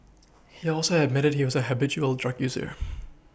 he also admitted he was a habitual drug user